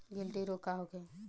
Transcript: गिलटी रोग का होखे?